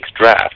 draft